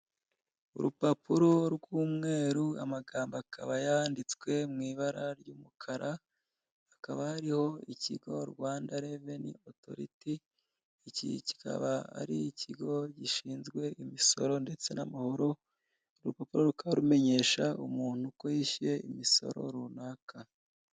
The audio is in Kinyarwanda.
Urupapuro rw'umweru, amagambo akaba yanditswe mu ibara ry'umukara, hakaba ariho ikigo Rwanda reveni otoriti, iki kikaba ari ikigo gishinzwe imisoro ndetse n'amahoro, rupapuro rukaba rumenyesha umuntu ko yishyuye imisoro runaka.